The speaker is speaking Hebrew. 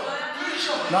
צריך להקריא שם-שם,